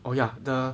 oh ya the